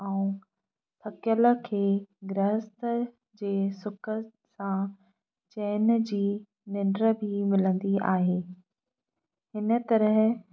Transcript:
ऐं पकियल खे गृहस्थ जे सुख सां चैन जी निंड बि मिलंदी आहे हिन तरह